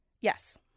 Yes